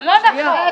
משלמים.